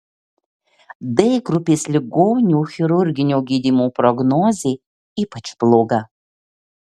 d grupės ligonių chirurginio gydymo prognozė ypač bloga